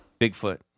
Bigfoot